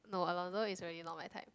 no Alonso is really not my type